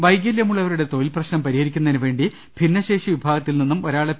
വൈകലൃമുള്ളവരുടെ തൊഴിൽ പ്രശ്നം പരിഹരിക്കുന്ന തിനു വേണ്ടി ഭിന്നശേഷി വിഭാഗത്തിൽനിന്നും ഒരാളെ പി